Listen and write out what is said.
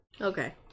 Okay